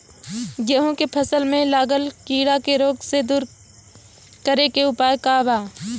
गेहूँ के फसल में लागल कीड़ा के रोग के दूर करे के उपाय का बा?